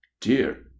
Dear